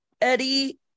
Eddie